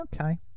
Okay